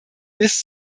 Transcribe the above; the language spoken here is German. bis